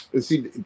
See